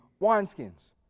wineskins